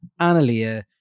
Analia